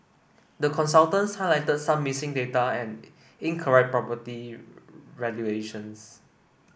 the consultants highlighted some missing data and incorrect property valuations